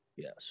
Yes